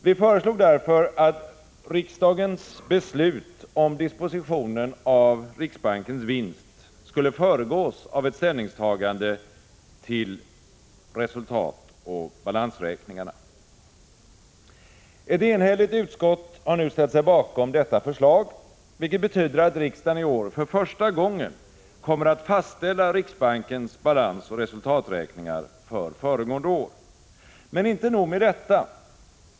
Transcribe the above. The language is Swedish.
Vi föreslog därför att riksdagens beslut om dispositionen av riksbankens vinst skulle föregås av ett ställningstagande till resultatoch balansräkningarna. Ett enhälligt utskott har nu ställt sig bakom detta förslag, vilket betyder att riksdagen i år för första gången kommer att fastställa riksbankens balansoch resultaträkningar för föregående år. Men inte nog med detta.